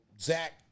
Zach